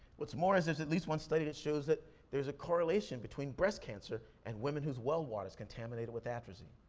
what's more is there's at least one study that shows that there's a correlation between breast cancer and women whose well water is contaminated with atrazine.